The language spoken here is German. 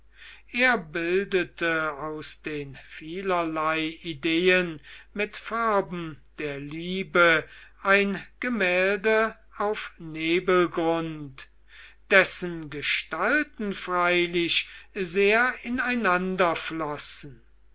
er bildete aus den vielerlei ideen mit farben der liebe ein gemälde auf nebelgrund dessen gestalten freilich sehr ineinander flossen